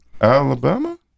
Alabama